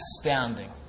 astounding